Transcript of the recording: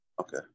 Okay